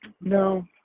No